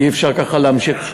אי-אפשר ככה להמשיך,